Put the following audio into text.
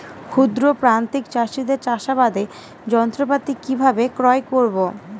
ক্ষুদ্র প্রান্তিক চাষীদের চাষাবাদের যন্ত্রপাতি কিভাবে ক্রয় করব?